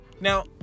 now